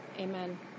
Amen